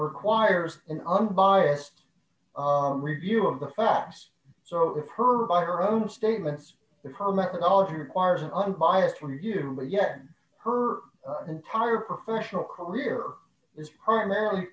requires an unbiased review of the facts so it's her by her own statements if our methodology requires an unbiased for you but yet her entire professional career is primarily